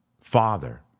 Father